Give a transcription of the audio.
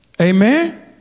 Amen